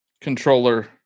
controller